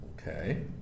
Okay